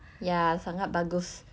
ya sangat bangus